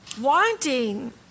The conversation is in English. wanting